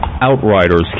Outriders